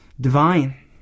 divine